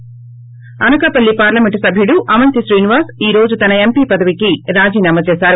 ి అనకాపల్లి పార్లమెంట్ సభ్యుడు అవంతి శ్రీనివాస్ ఈ రోజు తన ఎంపి పదవికి రాజీనామా చేశారు